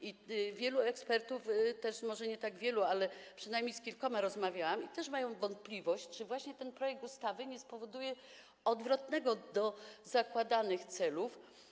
I wielu ekspertów też, może nie tak wielu, ale przynajmniej z kilkoma rozmawiałam, ma wątpliwość, czy właśnie ten projekt ustawy nie spowoduje odwrotnego skutku do zakładanych celów.